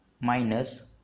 minus